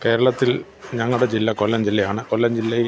കേരളത്തിൽ ഞങ്ങളുടെ ജില്ല കൊല്ലം ജില്ലയാണ് കൊല്ലം ജില്ലയിൽ